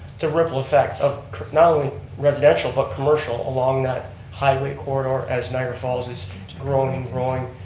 the ripple effect of not only residential, but commercial along that highway corridor, as niagara falls is growing, growing,